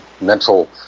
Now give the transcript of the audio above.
mental